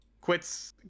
quits